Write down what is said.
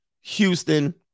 Houston